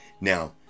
now